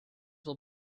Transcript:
will